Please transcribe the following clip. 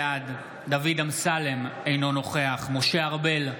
בעד דוד אמסלם, אינו נוכח משה ארבל,